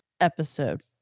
episode